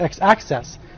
access